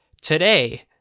today